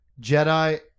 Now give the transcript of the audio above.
Jedi